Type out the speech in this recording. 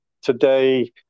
Today